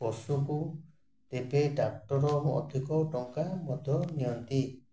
ପଶୁକୁ ତେବେ ଡକ୍ଟର ଅଧିକ ଟଙ୍କା ମଧ୍ୟ ନିଅନ୍ତି